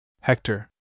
Hector